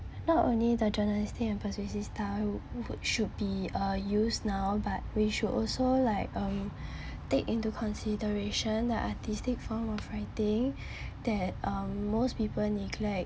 not only the journalistic and persuasive style would should be uh used now but we should also like um take into consideration the artistic form of writing that most people neglect